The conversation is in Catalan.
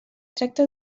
tracta